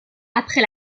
après